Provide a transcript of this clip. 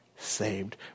saved